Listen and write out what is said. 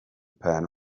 pan